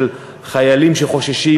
של חיילים שחוששים,